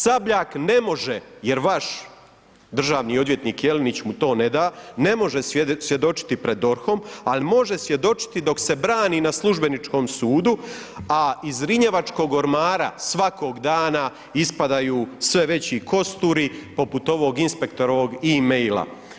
Sabljak ne može, jer vaš državni odvjetnik Jelenić mu to neda, svjedočiti pred DORH-om, al može svjedočiti dok se brani na službeničkom sudu, a iz zrinjevačkog ormara svakog dana ispadaju sve veći kosturi poput ovog inspektorovog e-maila.